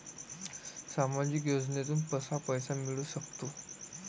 सामाजिक योजनेतून कसा पैसा मिळू सकतो?